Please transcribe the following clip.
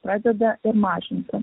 pradeda ir mažinti